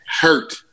hurt